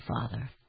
Father